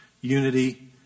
unity